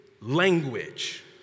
Language